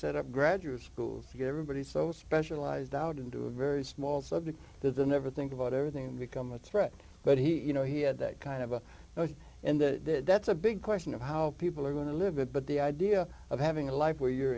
set up graduate schools to get everybody so specialized out into a very small subject that the never think about everything become a threat but he you know he had that kind of a and that it's a big question of how people are going to live it but the idea of having a life where you're